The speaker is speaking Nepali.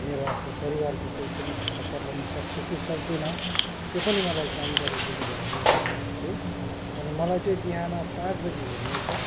मेरो आफ्नो परिवारको कोही पनि हालेर पठाउनु सक्छु कि सक्दिनँ त्यो पनि मलाई जानकारी दिनु भयो भने राम्रो हुन्थ्यो अनि मलाई चाहिँ बिहान पाँच बजी हिँड्नु छ